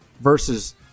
versus